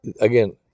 again